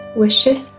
wishes